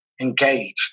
engage